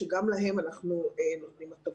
שגם להם אנחנו נותנים הטבות.